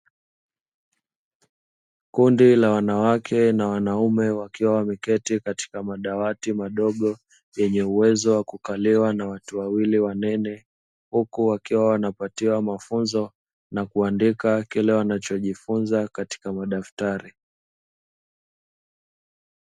Kundi la wanawake na wanaume wakiwa wameketi katika madawati madogo yenye uwezo wa kukaliwa na watu wawili wanene, huku wakiwa wanapatiwa mafunzo na kuandika kile wanachojifunza katika madaftari.